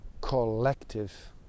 collective